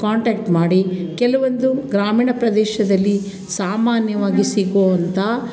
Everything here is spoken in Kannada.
ಕಾಂಟ್ಯಾಕ್ಟ್ ಮಾಡಿ ಕೆಲವೊಂದು ಗ್ರಾಮೀಣ ಪ್ರದೇಶದಲ್ಲಿ ಸಾಮಾನ್ಯವಾಗಿ ಸಿಗುವಂಥ